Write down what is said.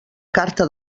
carta